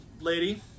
lady